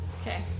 Okay